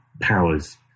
powers